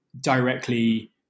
directly